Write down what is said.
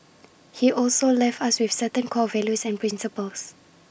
he also left us with certain core values and principles